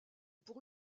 pour